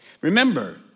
Remember